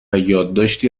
یادداشتی